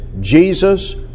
Jesus